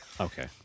Okay